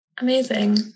Amazing